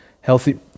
Healthy